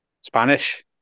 Spanish